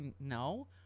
no